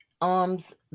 arms